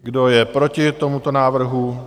Kdo je proti tomuto návrhu?